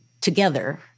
together—